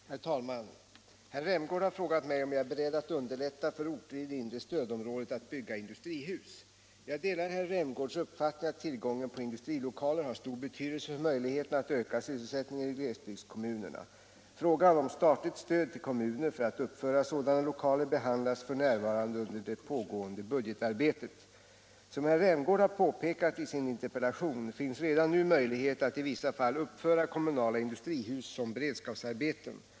49, och anförde: Herr talman! Herr Rämgård har frågat mig om jag är beredd att underlätta för orter i det inre stödområdet att bygga industrihus. Jag delar herr Rämgårds uppfattning att tillgången på industrilokaler har stor betydelse för möjligheterna att öka sysselsättningen i glesbygdskommunerna. Frågan om statligt stöd till kommuner för att uppföra sådana lokaler behandlas f.n. under det pågående budgetarbetet. Som herr Rämgård har påpekat i sin interpellation finns redan nu möjlighet att i vissa fall uppföra kommunala industrihus som beredskapsarbeten.